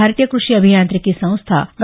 भारतीय कृषि अभियांत्रिकी संस्था डॉ